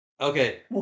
Okay